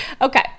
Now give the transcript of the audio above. okay